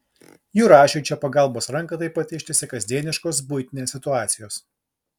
jurašiui čia pagalbos ranką taip pat ištiesia kasdieniškos buitinės situacijos